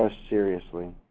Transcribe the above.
ah seriously.